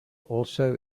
also